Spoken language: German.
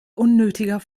unnötiger